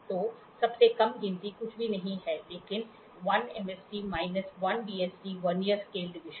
तो सबसे कम गिनती कुछ भी नहीं है लेकिन 1 MSD minus 1 VSD vernier scale division